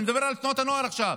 אני מדבר על תנועת הנוער עכשיו,